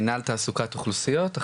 מינהל תעסוקת אוכלוסיות.